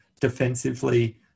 defensively